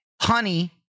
Honey